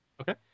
okay